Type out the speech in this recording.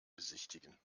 besichtigen